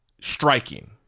striking